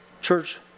church